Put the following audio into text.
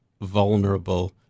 vulnerable